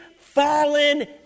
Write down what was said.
fallen